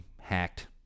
hacked